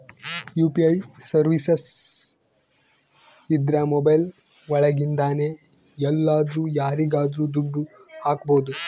UPI services ಇದ್ರ mobile ಒಳಗಿಂದನೆ ಎಲ್ಲಾದ್ರೂ ಯಾರಿಗಾದ್ರೂ ದುಡ್ಡು ಹಕ್ಬೋದು